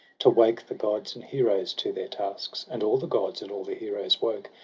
to wake the gods and heroes to their tasks. and all the gods, and all the heroes, woke.